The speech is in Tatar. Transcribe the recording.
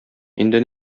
инде